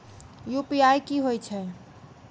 UPI की होई छै?